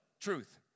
Truth